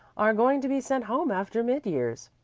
are going to be sent home after mid-years.